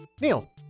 Neil